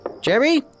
Jerry